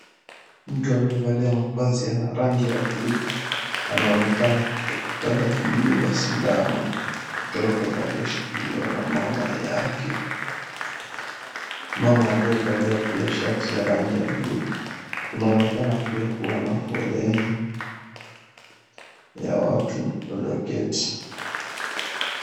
Mtu aliyevalia mavazi ya rangi ya buluu anaonekana kutaka kumdunga sindano mtoto aliyeshikiliwa na mama yake, mama aliyevalia pia shati ya rangi ya buluu. Inaonekana pia kuwa na foleni ya watu walioketi.